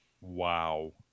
wow